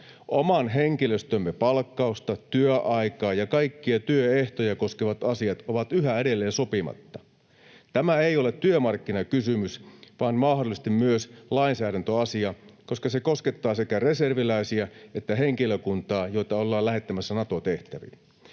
oman henkilöstömme palkkausta, työaikaa ja kaikkia työehtoja koskevat asiat ovat yhä edelleen sopimatta. Tämä ei ole työmarkkinakysymys vaan mahdollisesti myös lainsäädäntöasia, koska se koskettaa sekä reserviläisiä että henkilökuntaa, joita ollaan lähettämässä Nato-tehtäviin.